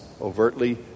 overtly